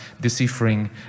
deciphering